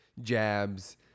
jabs